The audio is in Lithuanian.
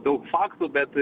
daug faktų bet